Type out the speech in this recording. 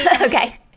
Okay